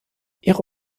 ihre